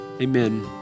amen